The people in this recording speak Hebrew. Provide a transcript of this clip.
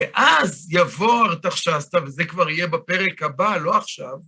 ואז יבוא הרתח שעשת, וזה כבר יהיה בפרק הבא, לא עכשיו.